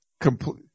complete